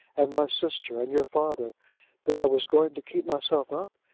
and my sister, and your father that i was going to keep myself up,